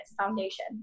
foundation